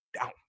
down